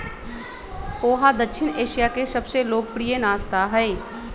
पोहा दक्षिण एशिया के सबसे लोकप्रिय नाश्ता हई